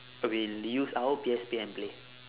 will be use our P_S_P and play